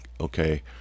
okay